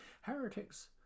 heretics